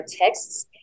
texts